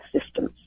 systems